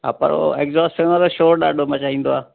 हा पर उहो एड्जोस्ट फैन वारो शोर ॾाढो मचाईंदो आहे